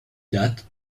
date